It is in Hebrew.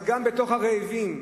אבל גם בתוך הרעבים,